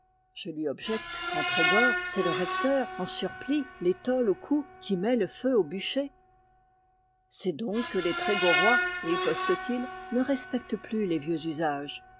je lui objecte qu'en trégor c'est le recteur en surplis l'étole au cou qui met le feu au bûcher c'est donc que les trégorois riposte t il ne respectent plus les vieux usages